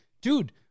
dude